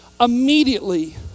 immediately